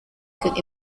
could